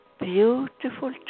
beautiful